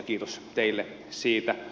kiitos teille siitä